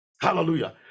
Hallelujah